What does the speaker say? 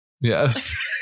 Yes